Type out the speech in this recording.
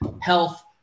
health